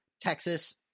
Texas